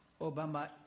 Obama